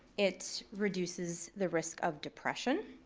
it reduces the risk of depression.